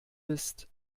ist